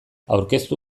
aurkeztu